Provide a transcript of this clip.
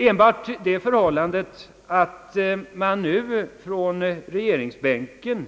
Enbart det förhållandet att man nu från regeringsbänken